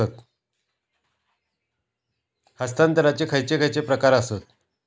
हस्तांतराचे खयचे खयचे प्रकार आसत?